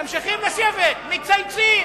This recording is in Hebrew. ממשיכים לשבת ומצייצים.